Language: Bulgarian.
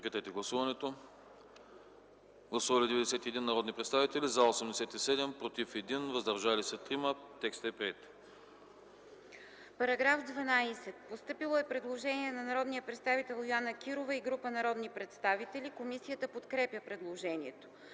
По § 13 е постъпило предложение на народния представител Йоана Кирова и група народни представители. Комисията подкрепя предложението.